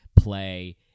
play